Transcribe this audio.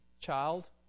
Child